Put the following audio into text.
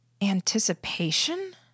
anticipation